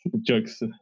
jokes